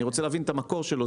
אני רוצה להבין את המקור שלו.